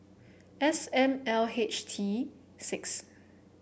S M L H T six